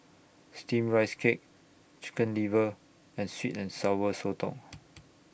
Steamed Rice Cake Chicken Liver and Sweet and Sour Sotong